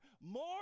more